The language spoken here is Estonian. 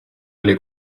oli